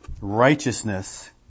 righteousness